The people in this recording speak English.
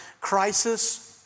crisis